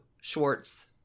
Schwartz